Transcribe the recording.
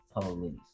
police